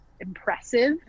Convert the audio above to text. impressive